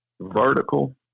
vertical